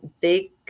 big